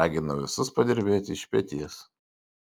ragina visus padirbėti iš peties